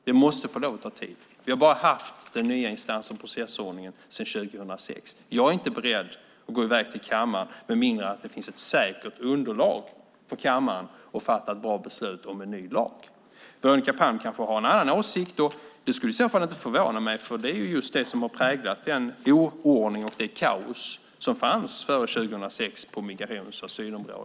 Det måste få lov att ta tid. Vi har bara haft den nya instans och processordningen sedan 2006. Jag är inte beredd att gå i väg till kammaren med mindre än att det finns ett säkert underlag för kammaren för att fatta ett bra beslut om en ny lag. Veronica Palm kanske har en annan åsikt. Det skulle i så fall inte förvåna mig, för det är just det som har präglat den oordning och det kaos som fanns före 2006 på migrations och asylområdet.